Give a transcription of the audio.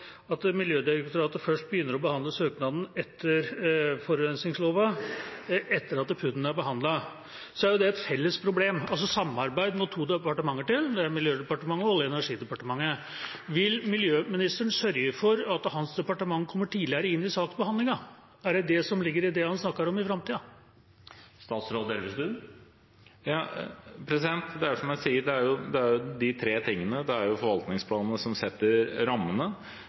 at Miljødirektoratet først begynner å behandle søknaden etter forurensningsloven etter at PUD-en er behandlet, så er jo det et felles problem. Altså: Det må to departementer til for å samarbeide, og det er Klima- og miljødepartementet og Olje- og energidepartementet: Vil miljøministeren sørge for at hans departement kommer tidligere inn i saksbehandlingen i framtida? Er det det som ligger i det han snakker om? Det er, som jeg sier, de tre tingene: Det er forvaltningsplanene som setter rammene,